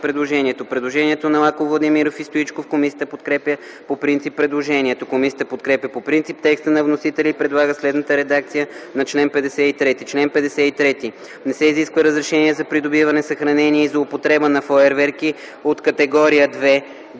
предложение на Лаков, Владимиров и Стоичков. Комисията подкрепя по принцип предложението. Комисията подкрепя по принцип текста на вносителя и предлага следната редакция на чл. 53: “Чл. 53. Не се изисква разрешение за придобиване, съхранение и за употреба на фойерверки от категория 2